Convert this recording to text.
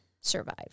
survive